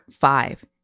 five